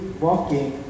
walking